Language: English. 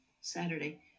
Saturday